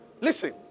Listen